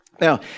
now